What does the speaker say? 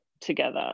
together